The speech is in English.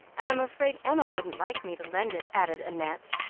and i'm afraid emma wouldn't like me to lend it, added annette,